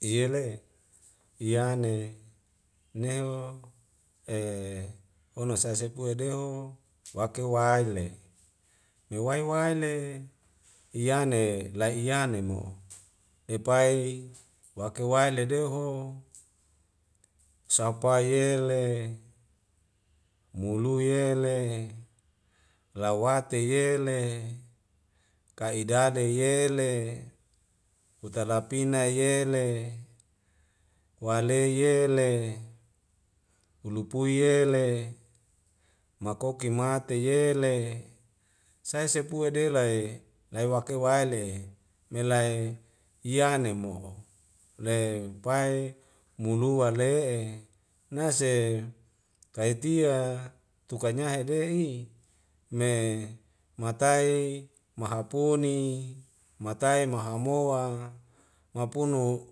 Yele yane neu e hono saesepue deho wake waile mewai waile yane la'iyane mu lepai wake waki leideho sapai yele mule yele lawate yele ka'ida yele utalapina yele wale yele ulupui yele makoki mate yele sae sepue de lai nai wake waile melai yane moho lai pai mulua le'e nase kaitia tukanya hede'i me matai mahapuni matai mahamoa mapunu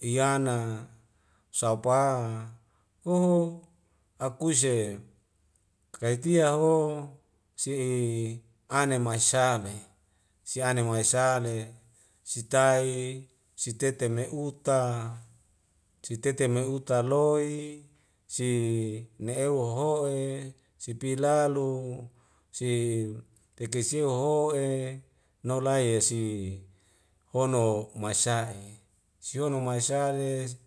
yana sauupa oho akuiise kaitia ho si'i ane ma'isale si ane ma'isale sitai sitete meuta sitete me uta loi si ne'eu wo hoho'e sipilalu si tekei sei woho'e nou lae ya si hono maesa'e sihono maisa les